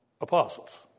apostles